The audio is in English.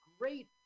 great